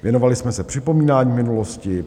Věnovali jsme se připomínání minulosti.